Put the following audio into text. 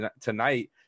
tonight